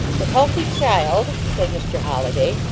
the healthy child, said mr. holliday,